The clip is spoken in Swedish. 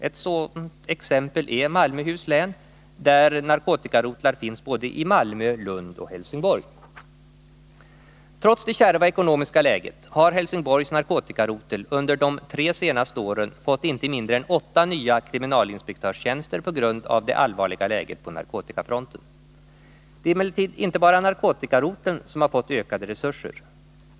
Ett sådant exempel är Malmöhus län där narkotikarotlar finns i Malmö, Lund och Helsingborg. Trots det kärva ekonomiska läget har Helsingborgs narkotikarotel under de tre senaste åren på grund av det allvarliga läget på narkotikafronten fått inte mindre än åtta nya kriminalinspektörstjänster. Det är emellertid inte bara narkotikaroteln som har fått ökade resurser.